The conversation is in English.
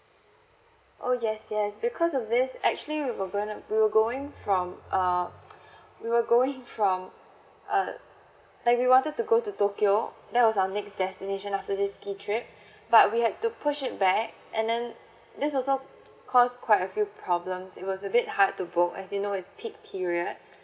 oh yes yes because of this actually we were gonna we were going from uh we were going from uh like we wanted to go to tokyo that was our next destination after this ski trip but we had to push it back and then this also caused quite a few problems it was a bit hard to book as in you know it's peak period